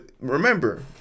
remember